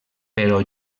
però